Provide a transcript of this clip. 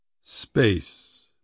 Space